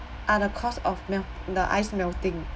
are the cause of mel~ the ice melting